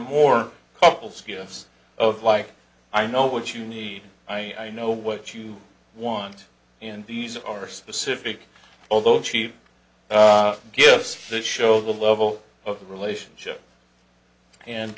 more couples gifts of like i know what you need i know what you want and these are specific although she gifts that show the level of the relationship and